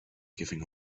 giving